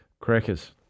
Crackers